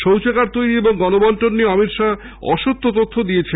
শৌচাগার তৈরি এবং গণবন্টন নিয়ে অমিত শাহ অসত্য তথ্য দিয়েছেন